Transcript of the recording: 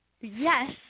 Yes